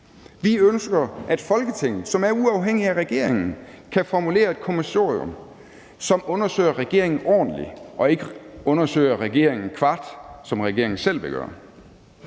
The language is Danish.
Vi ønsker, at Folketinget, som er uafhængigt af regeringen, kan formulere et kommissorium, som undersøger regeringen ordentligt og ikke undersøger regeringen kvart, sådan som regeringen selv vil gøre.